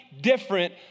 different